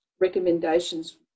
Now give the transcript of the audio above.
recommendations